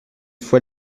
fois